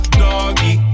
doggy